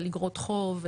על אגרות חוב,